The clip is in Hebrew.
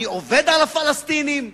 אני עובד על הפלסטינים?